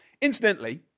Incidentally